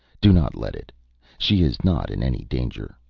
do not let it she is not in any danger,